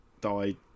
died